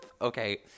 Okay